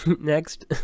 Next